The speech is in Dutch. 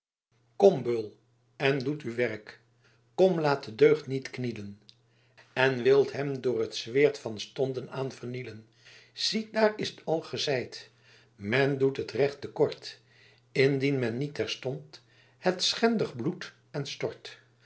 kom beul en doet v werck kom laet de deugh niet knielen en wilt hem door het sweert van stonden aen vernielen siet daer ist al geseyt men doet het recht te kort indien men niet terstont het schendigh bloet en stort